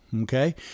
Okay